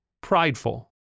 prideful